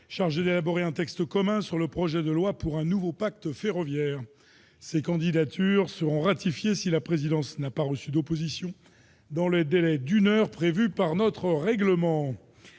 chargée d'élaborer un texte commun sur le projet de loi pour un nouveau pacte ferroviaire. Ces candidatures seront ratifiées si la présidence n'a pas reçu d'opposition dans le délai d'une heure prévu par notre règlement.